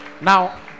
Now